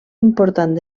important